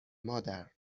مادر